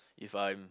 if I'm